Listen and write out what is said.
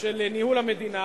של ניהול המדינה,